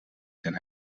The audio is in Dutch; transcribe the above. zijn